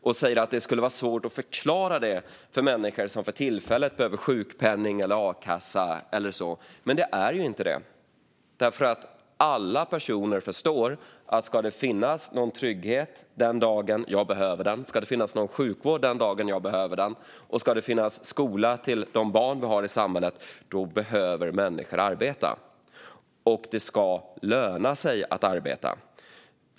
Hon säger att det skulle vara svårt att förklara detta för människor som för tillfället behöver sjukpenning eller akassa, men det är det inte. Alla personer förstår att om det ska finnas någon trygghet den dag man behöver det, om det ska finnas någon sjukvård den dag man behöver det och om det ska finnas skola till de barn som vi har i samhället behöver människor arbeta. Och det ska löna sig att arbeta.